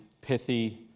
pithy